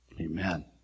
Amen